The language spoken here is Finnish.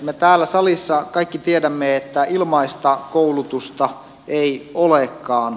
me täällä salissa kaikki tiedämme että ilmaista koulutusta ei olekaan